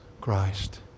Christ